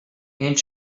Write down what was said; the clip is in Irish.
aon